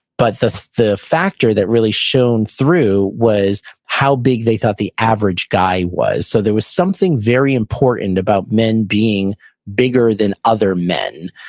but the the factor that really shone through was how big they thought the average guy was. so there was something very important about men being bigger than other men,